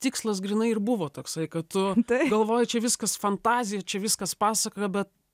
tikslas grynai ir buvo toksai kad tu galvoji čia viskas fantazija čia viskas pasaka be